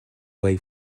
way